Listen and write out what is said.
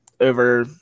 over